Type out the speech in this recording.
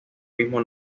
mismo